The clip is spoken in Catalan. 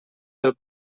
del